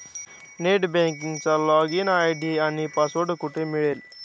Net बँकिंगचा login ID आणि password कुठे मिळेल?